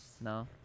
No